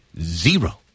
zero